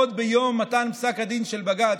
עוד ביום מתן פסק הדין של בג"ץ,